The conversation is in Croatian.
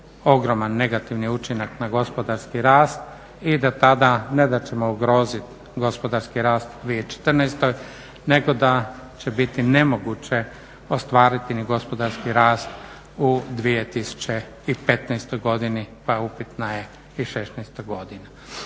ogroman negativni učinak na gospodarski rast i da tada ne da ćemo ugrozit gospodarski rast u 2014. nego da će biti nemoguće ostvariti ni gospodarski rast u 2015. godini pa upitna je i '16. godina.